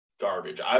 garbage